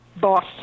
boss